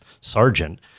sergeant